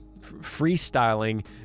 freestyling